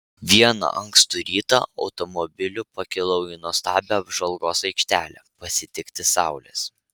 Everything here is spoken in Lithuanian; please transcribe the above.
vieną ankstų rytą automobiliu pakilau į nuostabią apžvalgos aikštelę pasitikti saulės